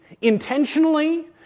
intentionally